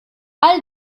all